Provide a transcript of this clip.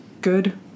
good